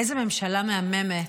איזו ממשלה מהממת,